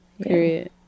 Period